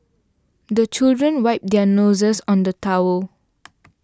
the children wipe their noses on the towel